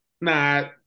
nah